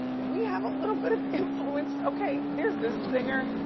we have a little bit of influence, okay? there's this singer,